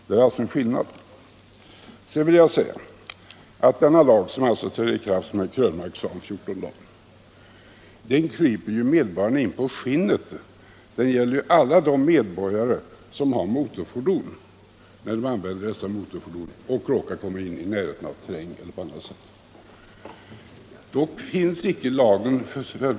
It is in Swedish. Denna lag, som alltså som herr Krönmark sade träder i kraft om 14 dagar, kryper medborgarna in på skinnet. Det gäller alla de medborgare som har motorfordon, om de råkar komma i närheten av terrängen.